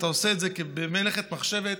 אתה עושה את זה במלאכת מחשבת.